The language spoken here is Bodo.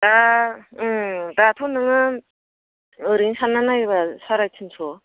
दा दाथ' नोङो ओरैनो सानना नायबा सारे तिनस'